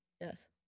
Yes